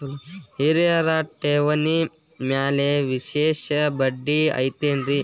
ಹಿರಿಯರ ಠೇವಣಿ ಮ್ಯಾಲೆ ವಿಶೇಷ ಬಡ್ಡಿ ಐತೇನ್ರಿ?